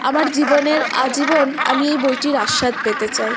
আমার জীবনের আজীবন আমি এই বইটির আস্বাদ পেতে চাই